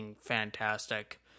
fantastic